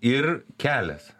ir kelias